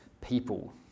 people